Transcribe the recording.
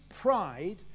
pride